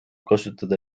kasutada